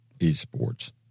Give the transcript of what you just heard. eSports